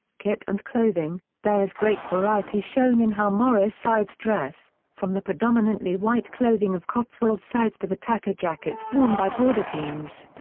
kit and clothing there is great variety shown in how morris sides dress, from the predominantly white clothing of cotswold sides to the tattered jackets worn by border teams.